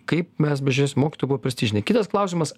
kaip mes bežiūrėsim mokytojo buvo prestižinė kitas klausimas